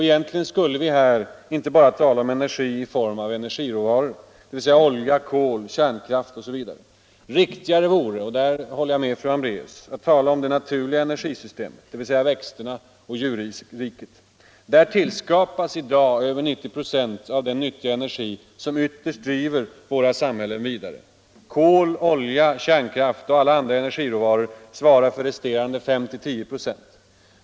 Egentligen skulle vi här inte bara tala om energi i form av energiråvaror, dvs. olja, kol, kärnkraft osv. Riktigare vore, och där håller jag med fru Hambraeus, att tala om det naturliga energisystemet — dvs. växter och djur. Där tillskapas över 90 96 av den nyttiga energi som ytterst driver våra samhällen vidare. Kol, olja, kärnkraft och alla andra energiråvaror svarar för resterande 5-10 96.